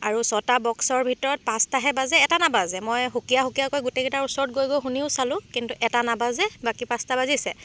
আৰু ছটা বক্সৰ ভিতৰত পাঁচটাহে বাজে এটা নাবাজে মই সুকীয়া সুকীয়াকৈ গোটেইকেইটাৰ ওচৰত গৈ গৈ শুনিও চালোঁ কিন্তু এটা নাবাজে বাকী পাঁচটা বাজিছে